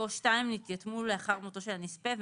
או (2)נתיתמו לאחר מותו של הנספה,